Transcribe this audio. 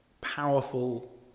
powerful